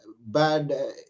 bad